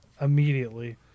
immediately